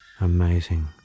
Amazing